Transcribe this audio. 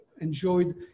enjoyed